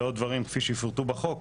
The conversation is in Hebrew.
ועוד דברים כפי שתראו בחוק